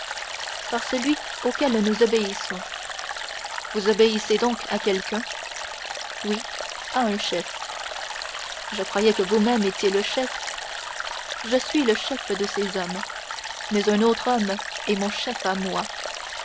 par celui auquel nous obéissons vous obéissez donc à quelqu'un oui à un chef je croyais que vous-même étiez le chef je suis le chef de ces hommes mais un autre homme est mon chef à moi